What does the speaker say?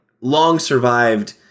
long-survived